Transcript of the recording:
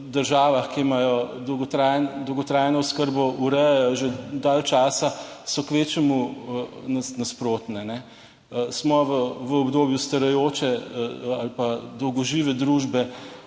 državami, ki imajo dolgotrajen dolgotrajno oskrbo urejajo že dalj časa, so kvečjemu nasprotne. Smo v obdobju starajoče ali pa dolgožive družbe